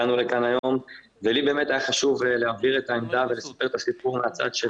הגענו לכאן היום ולי היה חשוב להעביר את העמדה ולספר את הסיפור מהצד של